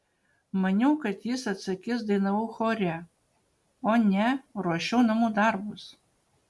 maniau kad jis atsakys dainavau chore o ne ruošiau namų darbus